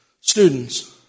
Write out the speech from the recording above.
students